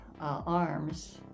arms